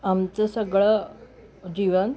आमचं सगळं जीवन